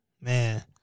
Man